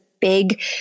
big